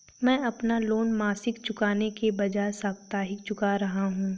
मैं अपना लोन मासिक चुकाने के बजाए साप्ताहिक चुका रहा हूँ